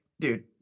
dude